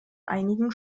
einigen